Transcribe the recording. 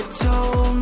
told